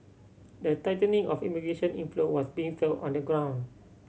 the tightening of immigration inflow was being felt on the ground